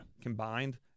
combined